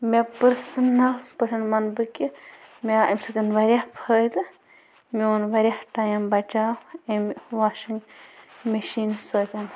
مےٚ پٔرسٕنَل پٲٹھۍ وَنہٕ بہٕ کہِ مےٚ آو اَمۍ سۭتۍ واریاہ فٲیِدٕ میون واریاہ ٹایِم بچاو اَمہِ واشِنٛگ مٔشیٖن سۭتۍ